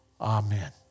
Amen